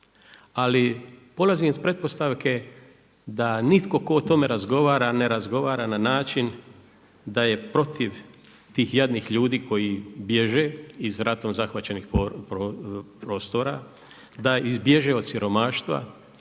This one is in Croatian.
ali polazim s pretpostavke da nitko ko o tome razgovara ne razgovara na način da je protiv tih jadnih ljudi koji bježe iz ratom zahvaćenih prostora, da bježe od siromaštva,